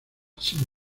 sin